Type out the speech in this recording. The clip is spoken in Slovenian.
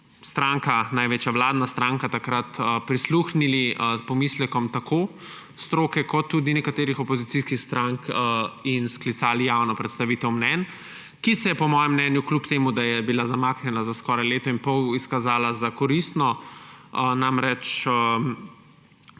največja vladna stranka prisluhnili pomislekom tako stroke kot tudi nekaterih opozicijskih strank in sklicali javno predstavitev mnenj, ki se je po mojem mnenju, kljub temu da je bila zamaknjena za skoraj leto in pol, izkazala za koristno.